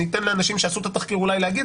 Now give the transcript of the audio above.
ניתן לאנשים שעשו את התחקיר אולי להגיד